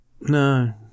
No